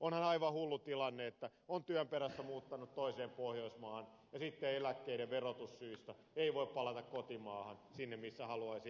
onhan aivan hullu tilanne että on työn perässä muuttanut toiseen pohjoismaahan ja sitten eläkkeiden verotussyistä ei voi palata kotimaahan sinne missä haluaisi eläkepäiviään viettää